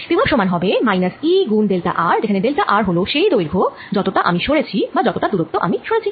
বিভব সমান হবে -E গুন ডেল্টা r যেখানে ডেল্টা r হল সেই দৈর্ঘ্য যতটা আমি সরেছি বা যতটা দুরত্ব আমি সরেছি